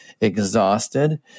exhausted